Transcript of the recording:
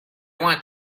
want